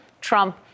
Trump